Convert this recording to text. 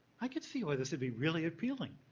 i could see why this could be really appealing.